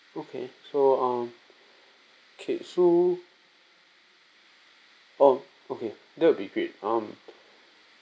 okay so um okay so um okay that will be great um